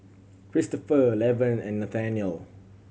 Kristopher Lavern and Nathanial